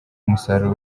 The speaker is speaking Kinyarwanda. umusaruro